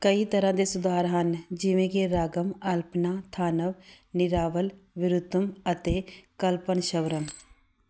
ਕਈ ਤਰ੍ਹਾਂ ਦੇ ਸੁਧਾਰ ਹਨ ਜਿਵੇਂ ਕਿ ਰਾਗਮ ਅਲਪਨਾ ਥਾਨਮ ਨਿਰਾਵਲ ਵਿਰੁੱਤਮ ਅਤੇ ਕਲਪਨਸ਼ਵਰਮ